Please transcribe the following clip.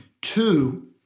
two